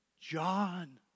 John